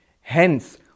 Hence